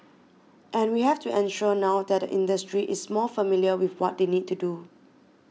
and we have to ensure now that the industry is more familiar with what they need to do